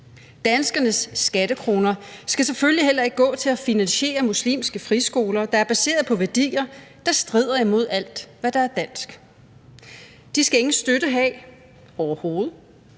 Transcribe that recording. Danskernes skattekroner skal selvfølgelig heller ikke gå til at finansiere muslimske friskoler, der er baseret på værdier, der strider imod alt, hvad der er dansk. De skal ingen støtte have – overhovedet.